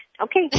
Okay